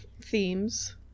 themes